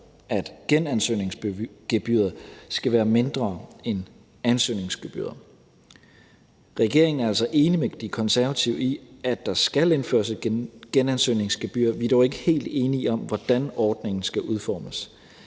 at genansøgningsgebyret skal være mindre end ansøgningsgebyret. Regeringen er altså enig med De Konservative i, at der skal indføres et genansøgningsgebyr. Vi er dog ikke helt enige om, hvordan ordningen skal udformes.